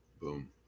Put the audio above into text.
Boom